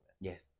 Yes